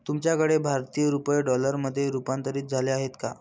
तुमच्याकडे भारतीय रुपये डॉलरमध्ये रूपांतरित झाले आहेत का?